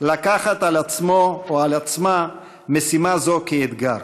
לקחת על עצמו או על עצמה משימה זו כאתגר,